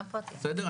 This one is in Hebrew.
בסדר,